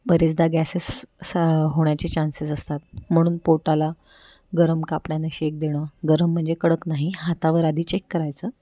बरेचदा गॅसेस असा होण्याचे चान्सेस असतात म्हणून पोटाला गरम कापडाने शेक देणं गरम म्हणजे कडक नाही हातावर आधी चेक करायचं